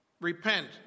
repent